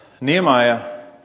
Nehemiah